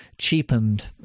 cheapened